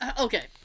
okay